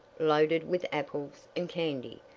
loaded with apples and candy,